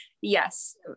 yes